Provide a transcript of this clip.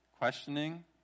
Questioning